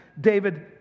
David